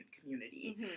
community